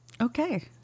Okay